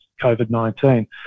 COVID-19